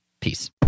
Peace